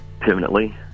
permanently